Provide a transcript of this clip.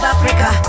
Africa